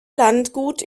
landgut